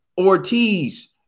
Ortiz